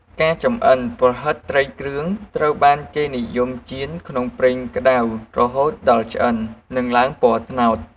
ការចំអិន ប្រហិតត្រីគ្រឿងត្រូវបានគេនិយមចៀនក្នុងប្រេងក្តៅរហូតដល់ឆ្អិន និងឡើងពណ៌ត្នោត។